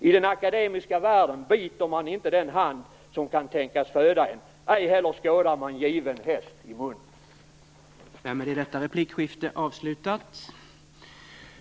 I den akademiska världen biter man inte den hand som kan tänkas föda en, ej heller skådar man given häst i munnen."